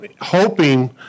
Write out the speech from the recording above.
hoping